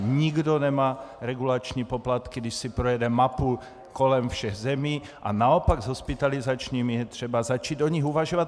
Nikdo nemá regulační poplatky, když si projedeme mapu kolem všech zemí, a naopak s hospitalizačními, je třeba začít o nich uvažovat.